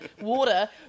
water